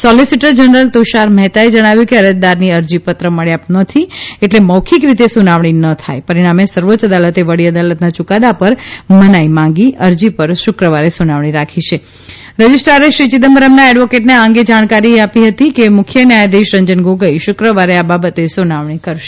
solicitor general Tushar મહેતાએ જણાવ્યું કે અરજદારની અરજીપત્ર મબ્યાં નથી એટલે મૌખિક રીતે સુનાવણી ન થાય પરિણામે સર્વોચ્ય અદાલતે વડી અદાલતના યુકાદા પર મનાઇ માંગી અરજી પર શુક્રવારે સુનાવણી રાખી છે રજીસ્ટ્રારે શ્રી ચિદમ્બરમના એડવોકેટને આ અંગે જાણકારી હતી કે મુખ્ય ન્યાયાધીશ રંજન ગોગોઇ શુક્રવારે આ બાબતે સુનાવણી કરશે